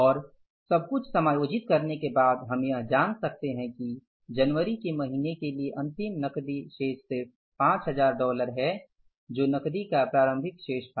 और सब कुछ समायोजित करने के बाद हम यह जान सकते हैं कि जनवरी के महीने के लिए अंतिम नकदी शेष सिर्फ 5000 डॉलर है जो नकदी का प्रारंभिक शेष था